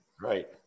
Right